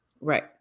Right